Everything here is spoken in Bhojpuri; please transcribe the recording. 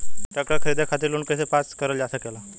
ट्रेक्टर खरीदे खातीर लोन कइसे पास करल जा सकेला?